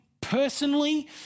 personally